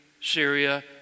Syria